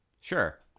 Sure